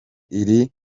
iri